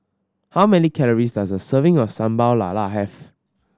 how many calories does a serving of Sambal Lala have